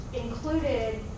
included